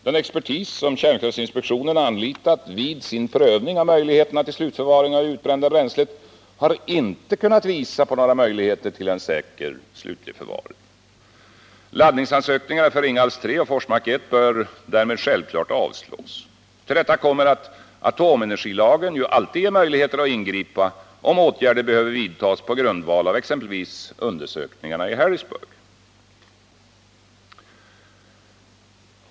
Den expertis som kärnkraftsinspektionen haranlitat vid sin prövning av möjligheterna till slutförvaring av det utbrända bränslet har inte kunnat visa på några möjligheter till en säker slutlig förvaring. Laddningsansökningar för Ringhals 3 och Forsmark 1 bör därmed självfallet avslås. Till detta kommer att atomenergilagen ju alltid ger möjligheter att ingripa, om åtgärder behöver vidtas på grundval av exempelvis undersökningarna av olyckan i Harrisburg.